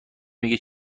میگه